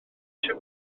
eisiau